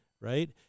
right